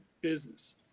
business